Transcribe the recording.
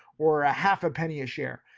or a half a penny a share.